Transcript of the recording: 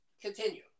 continue